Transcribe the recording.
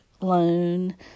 loan